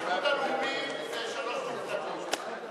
האיחוד הלאומי זה שלוש מפלגות,